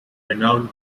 renowned